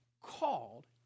called